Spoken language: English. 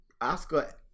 Oscar